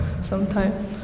sometime